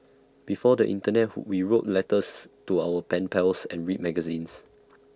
before the Internet who we wrote letters to our pen pals and read magazines